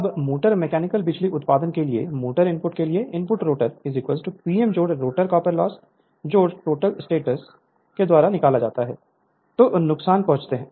अब motor mechanical बिजली उत्पादन के लिए मोटर इनपुट के लिए इनपुट रोटर Pmरोटर कॉपर लॉस टोटल स्टेटस के द्वारा निकाला जाता है को नुकसान पहुंचाते हैं